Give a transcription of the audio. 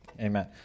Amen